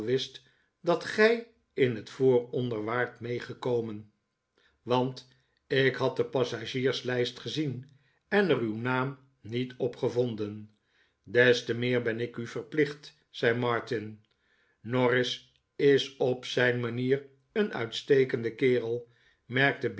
dat gij in het vooronder waart meegekomen want ik had de passagierslijst gezien en er uw naam niet op gevonden des te meer ben ik u verplicht zei martin norris is op zijn manier een uitstekende kerel